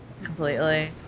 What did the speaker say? Completely